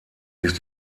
sich